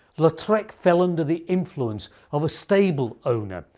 lautrec fell under the influence of a stable owner,